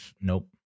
nope